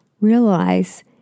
realize